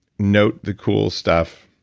note the cool stuff,